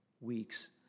weeks